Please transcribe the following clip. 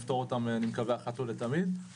תבוא הקופה ותגיד שיש לה מיטה כדי שהיא לא תקבל את הקנס,